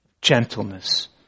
gentleness